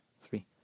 three